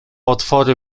otwory